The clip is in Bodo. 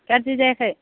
गाज्रि जायाखै